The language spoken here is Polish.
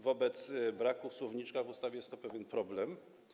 Wobec braku słowniczka w ustawie jest to pewien problem.